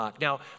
Now